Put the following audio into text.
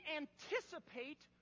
anticipate